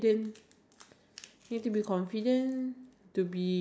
PowerPoint I don't I don't like a website I didn't think it would come